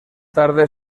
tarde